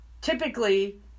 Typically